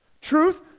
truth